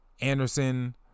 Anderson